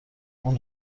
اون